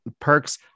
perks